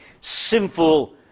sinful